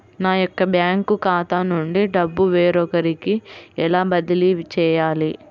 నా యొక్క బ్యాంకు ఖాతా నుండి డబ్బు వేరొకరికి ఎలా బదిలీ చేయాలి?